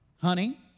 honey